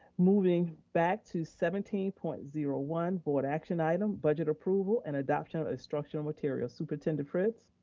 moving back to seventeen point zero one, board action item, budget approval and adoption of structural material. superintendent fritz.